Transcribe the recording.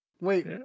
Wait